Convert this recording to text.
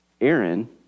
Aaron